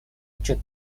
отчет